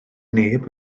neb